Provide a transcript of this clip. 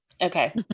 okay